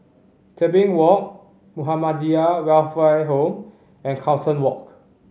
Tebing Walk Muhammadiyah Welfare Home and Carlton Walk